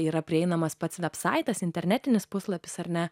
yra prieinamas pats vebsaitas internetinis puslapis ar ne